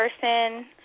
person